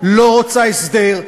לא רוצה הסדר,